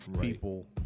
people